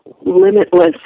limitless